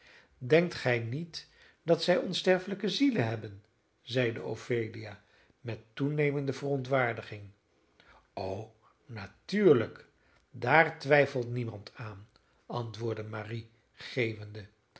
denkt gij niet dat zij onsterfelijke zielen hebben zeide ophelia met toenemende verontwaardiging o natuurlijk daar twijfelt niemand aan antwoordde marie geeuwende